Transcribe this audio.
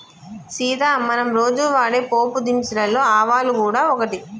సీత మనం రోజు వాడే పోపు దినుసులలో ఆవాలు గూడ ఒకటి